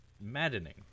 maddening